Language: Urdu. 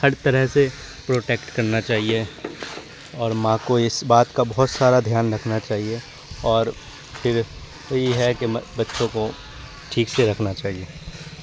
ہر طرح سے پروٹیکٹ کرنا چاہیے اور ماں کو اس بات کا بہت سارا دھیان رکھنا چاہیے اور پھر یہ ہے کہ بچوں کو ٹھیک سے رکھنا چاہیے